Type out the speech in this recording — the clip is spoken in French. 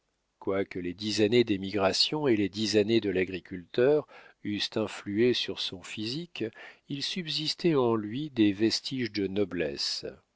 quoique les dix années d'émigration et les dix années de l'agriculteur eussent influé sur son physique il subsistait en lui des vestiges de noblesse